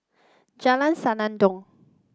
Jalan Senandong